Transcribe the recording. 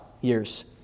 years